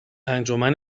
انجمن